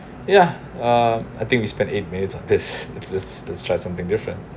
ya uh I think we spent eight minutes on this if let's let's try something different